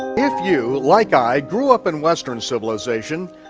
if you, like i, grew up in western civilization,